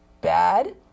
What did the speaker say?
Bad